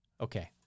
Okay